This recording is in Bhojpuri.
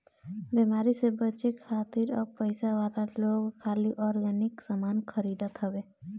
बेमारी से बचे खातिर अब पइसा वाला लोग खाली ऑर्गेनिक सामान खरीदत हवे